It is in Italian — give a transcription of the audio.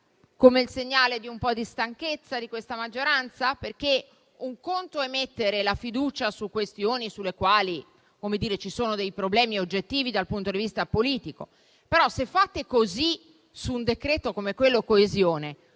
Come il segnale di un po' di stanchezza di questa maggioranza? Un conto è mettere la fiducia su questioni sulle quali ci sono dei problemi oggettivi dal punto di vista politico. Però, se fate così sul decreto-legge coesione,